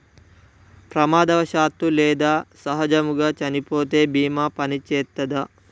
ప్రమాదవశాత్తు లేదా సహజముగా చనిపోతే బీమా పనిచేత్తదా?